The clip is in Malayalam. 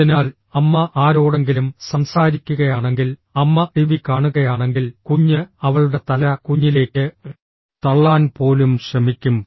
അതിനാൽ അമ്മ ആരോടെങ്കിലും സംസാരിക്കുകയാണെങ്കിൽ അമ്മ ടിവി കാണുകയാണെങ്കിൽ കുഞ്ഞ് അവളുടെ തല കുഞ്ഞിലേക്ക് തള്ളാൻ പോലും ശ്രമിക്കും